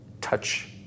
touch